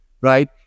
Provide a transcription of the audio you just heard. right